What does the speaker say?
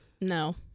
no